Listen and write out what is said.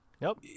Nope